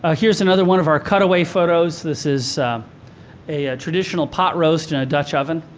ah here's another one of our cutaway photos. this is a traditional pot roast in a dutch oven.